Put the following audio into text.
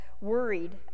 worried